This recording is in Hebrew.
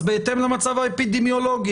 אז בהתאם למצב האפידמיולוגי,